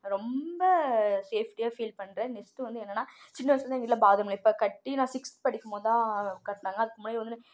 ரொம்ப சேஃப்டியாக ஃபீல் பண்ணுறேன் நெக்ஸ்ட் வந்து என்னெனா சின்ன வயசுலேருந்து எங்கள் வீட்டில் பாத்ரூம் இல்லை இப்போ கட்டி நான் சிக்ஸ்த் படிக்கும் போது தான் கட்டினாங்க அதுக்கு முன்னாடி